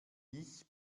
ich